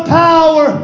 power